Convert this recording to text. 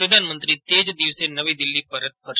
પ્રધાનમંત્રી તે જ દિવસે નવી દિલ્હી પરત ફરશે